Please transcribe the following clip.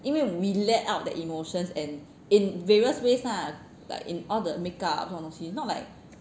因为 we let out the emotions and in various ways lah like in all the make up 这种东西 not like